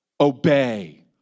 Obey